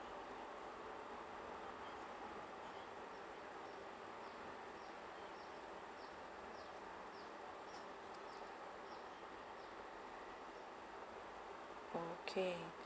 okay